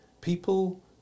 People